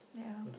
ya